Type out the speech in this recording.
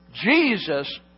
Jesus